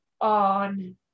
on